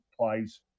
plays